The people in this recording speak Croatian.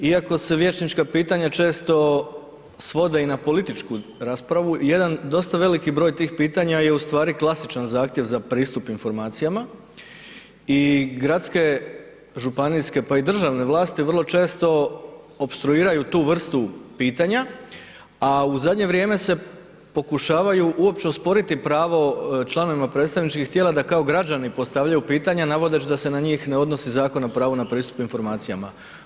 Iako se vijećnička pitanja često svode i na političku raspravu jedan dosta veliki broj tih pitanja je u stvari klasičan zahtjev za pristup informacijama i gradske, županijske pa i državne vlasti vrlo često opstruiraju tu vrstu pitanja, a u zadnje vrijeme se pokušavaju uopće osporiti pravo članovima predstavničkih tijela da kao građani postavljaju pitanja navodeći da se na njih ne odnosi Zakon o pravu na pristup informacijama.